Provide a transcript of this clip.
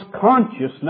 consciousness